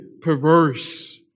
perverse